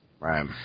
Right